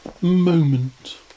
moment